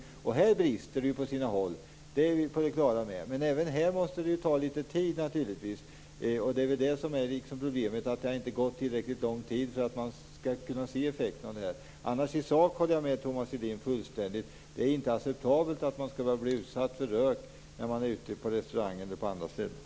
Att det här brister på sina håll är vi på det klara med, men även här måste det naturligtvis få ta litet tid. Problemet är väl att det inte har gått tillräckligt lång tid för att man skall kunna se effekterna av lagen. Annars håller jag fullständigt med Thomas Julin i sak. Det är inte acceptabelt att man skall behöva bli utsatt för rök när man är ute på restauranger eller andra ställen.